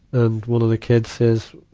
and one of the kids says,